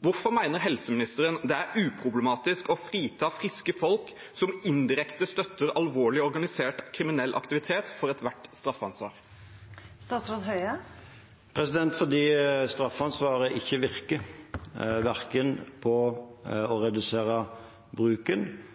Hvorfor mener helseministeren det er uproblematisk å frita friske folk, som indirekte støtter alvorlig organisert kriminell aktivitet, for ethvert straffansvar? Det er fordi straffansvaret ikke virker, verken på å redusere bruken